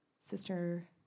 Sister